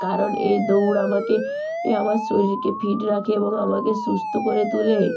কারণ এই দৌড় আমাকে আমার শরীরকে ফিট রাখে এবং আমাকে সুস্থ করে তুলে